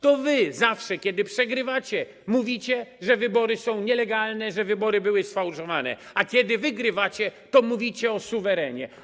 To wy zawsze, kiedy przegrywacie, mówicie, że wybory są nielegalne, że wybory były sfałszowane, a kiedy wygrywacie, mówicie o suwerenie.